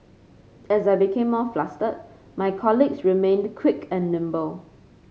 as I became more flustered my colleagues remained quick and nimble